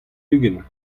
ugent